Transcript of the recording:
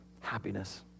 happiness